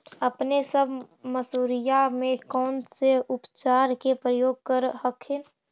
अपने सब मसुरिया मे कौन से उपचार के प्रयोग कर हखिन?